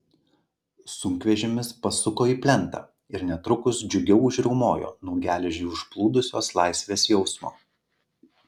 sunkvežimis pasuko į plentą ir netrukus džiugiau užriaumojo nuo geležį užplūdusios laisvės jausmo